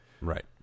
right